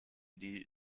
die